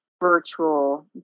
virtual